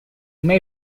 may